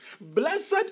Blessed